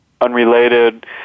unrelated